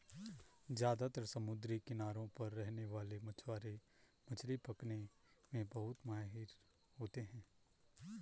ज्यादातर समुद्री किनारों पर रहने वाले मछवारे मछली पकने में बहुत माहिर होते है